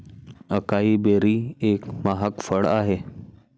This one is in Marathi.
अकाई बेरी एक महाग फळ आहे